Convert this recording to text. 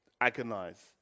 agonize